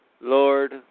Lord